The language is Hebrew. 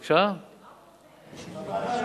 מה הוא אומר?